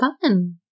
Fun